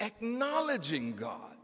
acknowledging god